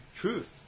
truth